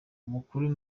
umukuru